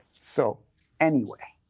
so anyway,